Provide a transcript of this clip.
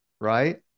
right